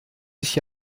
sich